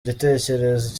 igitekerezo